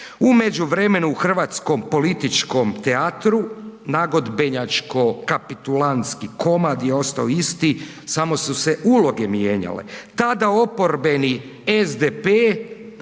U međuvremenu u hrvatskom političkom teatru nagodbenjačko kapitulantski komad je ostao isti, samo su se uloge mijenjale. Tada oporbeni SDP